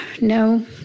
no